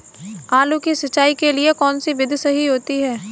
आलू की सिंचाई के लिए कौन सी विधि सही होती है?